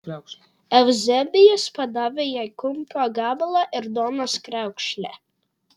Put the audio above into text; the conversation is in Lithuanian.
euzebijus padavė jai kumpio gabalą ir duonos kriaukšlę